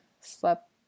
slept